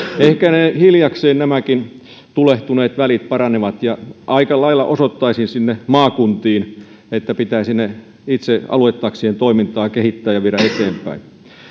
ehkä nämäkin tulehtuneet välit hiljakseen paranevat ja aika lailla osoittaisin sinne maakuntiin sen että niiden pitäisi itse aluetaksien toimintaa kehittää ja viedä eteenpäin